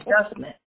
adjustment